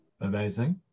Amazing